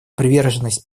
приверженность